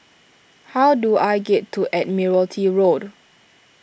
how do I get to Admiralty Road